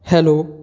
hello